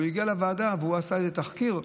הוא הגיע לוועדה, והוא עשה איזה תחקיר: